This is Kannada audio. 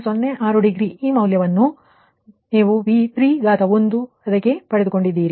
06 ಡಿಗ್ರಿ ಈ ಮೌಲ್ಯವನ್ನು ನೀವು V31 ಗೆ ಪಡೆದುಕೊಂಡಿದ್ದೀರಿ